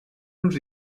uns